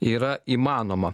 yra įmanoma